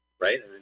right